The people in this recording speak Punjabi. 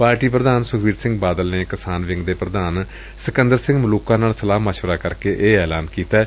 ਪਾਰਟੀ ਪੁਧਾਨ ਸੁਖਬੀਰ ਸਿੰਘ ਬਾਦਲ ਨੇ ਕਿਸਾਨ ਵਿੰਗ ਦੇ ਪੁਧਾਨ ਸਿਕੰਦਰ ਸਿੰਘ ਮਲੁਕਾ ਨਾਲ ਸਲਾਹ ਮਸੁਵਰਾ ਕਰਕੇ ਇਹ ਐਲਾਨ ਕੀਤੈ